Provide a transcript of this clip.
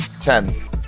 Ten